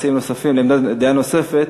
דעה נוספת,